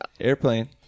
Airplane